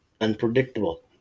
unpredictable